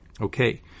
Okay